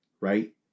right